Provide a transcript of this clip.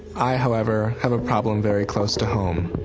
i, however, have a problem very close to home.